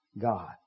God